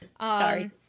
Sorry